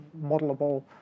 modelable